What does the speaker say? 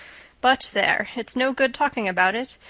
but there, it's no good talking about it.